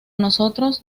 nosotros